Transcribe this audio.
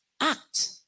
Act